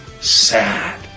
sad